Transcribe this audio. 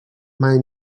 mai